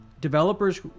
developers